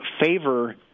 favor